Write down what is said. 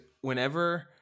whenever